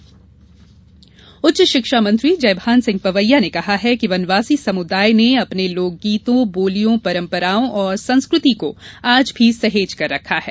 संगोष्ठी उच्च शिक्षा मंत्री जयभान सिंह पवैया ने कहा है कि वनवासी समुदाय ने जिस तरह अपने लोकगीतों बोलियों परम्पराओं और संस्कृति को आज भी सहेजकर रखा है